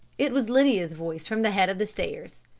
it was lydia's voice from the head of the stairs.